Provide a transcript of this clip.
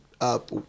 up